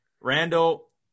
Randall